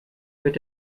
wird